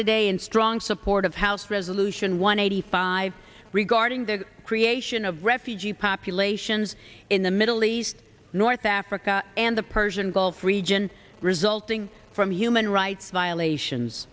today in strong support of house resolution one eighty five regarding the creation of refugee populations in the middle east north africa and the persian gulf region resulting from human rights violations